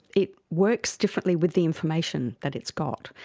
it works differently with the information that it's got.